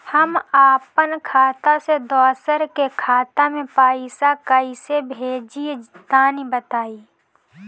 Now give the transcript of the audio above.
हम आपन खाता से दोसरा के खाता मे पईसा कइसे भेजि तनि बताईं?